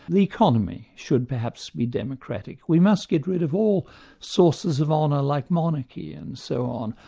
the economy should, perhaps, be democratic. we must get rid of all sources of honour like monarchy and so on.